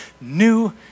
new